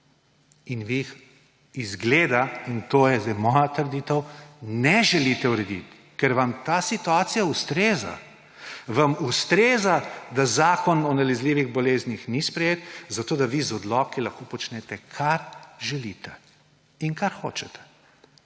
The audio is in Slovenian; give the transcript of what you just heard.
In vi jih izgleda – in to je zdaj moja trditev – ne želite urediti, ker vam ta situacija ustreza. Vam ustreza, da zakon o nalezljivih boleznih ni sprejet, zato da vi z odloki lahko počnete, kar želite in kar hočete.